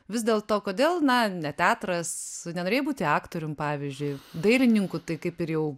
vis dėlto kodėl na ne teatras neturėjo būti aktorium pavyzdžiui dailininku tai kaip ir jau